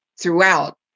throughout